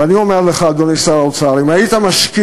אבל אני אומר לך, אדוני שר האוצר, אם היית משקיע